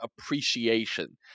appreciation